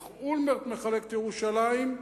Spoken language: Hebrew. איך אולמרט מחלק את ירושלים,